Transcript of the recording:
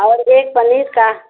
और एक पनीर का